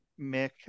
Mick